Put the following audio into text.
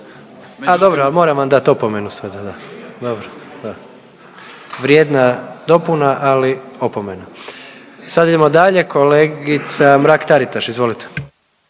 Al, dobro, a moram vam dat opomenu sada. Da. Dobro, da. Vrijedna dopuna ali opomena. Sada idemo dalje, kolegica Mrak Taritaš izvolite.